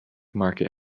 market